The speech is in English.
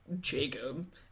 Jacob